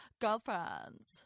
girlfriends